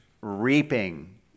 Reaping